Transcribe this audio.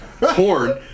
porn